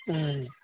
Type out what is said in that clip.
आँय